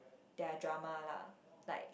their drama lah like